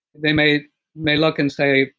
they may may look and say,